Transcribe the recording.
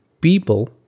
people